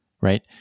right